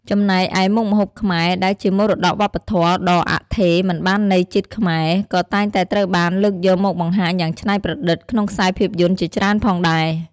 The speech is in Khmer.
ចំណែកឯមុខម្ហូបខ្មែរ ដែលជាមរតកវប្បធម៌ដ៏អថេរមិនបាននៃជាតិខ្មែរ ក៏តែងតែត្រូវបានលើកយកមកបង្ហាញយ៉ាងឆ្នៃប្រឌិតក្នុងខ្សែភាពយន្តជាច្រើនផងដែរ។